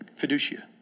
Fiducia